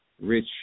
rich